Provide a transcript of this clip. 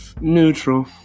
Neutral